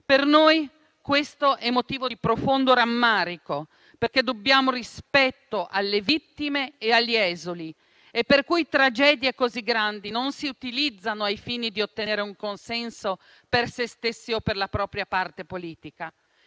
Per noi questo è motivo di profondo rammarico, perché dobbiamo rispetto alle vittime e agli esuli. Tragedie così grandi non si utilizzano al fine di ottenere un consenso per se stessi o per la propria parte politica.